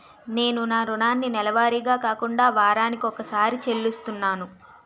నేను నా రుణాన్ని నెలవారీగా కాకుండా వారాని కొక్కసారి చెల్లిస్తున్నాను